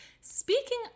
Speaking